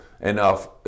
enough